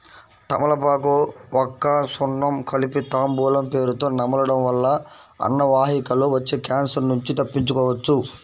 తమలపాకు, వక్క, సున్నం కలిపి తాంబూలం పేరుతొ నమలడం వల్ల అన్నవాహికలో వచ్చే క్యాన్సర్ నుంచి తప్పించుకోవచ్చు